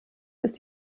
ist